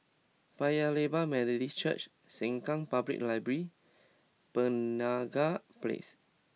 Paya Lebar Methodist Church Sengkang Public Library Penaga Place